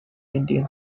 indian